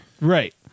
right